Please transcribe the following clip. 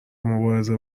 مبارزه